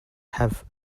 have